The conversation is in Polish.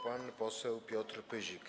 Pan poseł Piotr Pyzik.